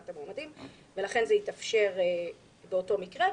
המועמדים ולכן זה התאפשר באותו מקרה.